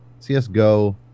CSGO